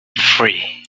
three